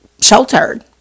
sheltered